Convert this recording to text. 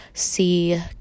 see